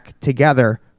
together